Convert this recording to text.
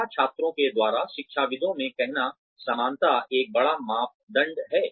या छात्रों के द्वारा शिक्षाविदों में कहना समानता एक बड़ा मापदंड है